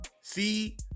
See